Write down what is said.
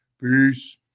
Peace